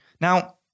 Now